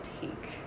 take